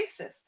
racist